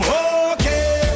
okay